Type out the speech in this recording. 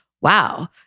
wow